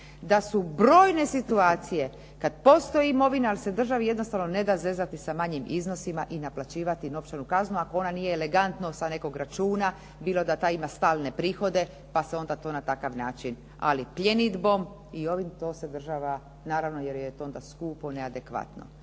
da su brojne situacije kad postoji imovina, ali se državi jednostavno ne da zezati sa manjim iznosima i naplaćivati novčanu kaznu ako ona nije elegantno sa nekog računa, bilo da taj ima stalne prihode, pa se onda to na takav način. Ali pljenidbom i ovim to se država, naravno jer joj je to onda skupo, neadekvatno.